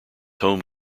home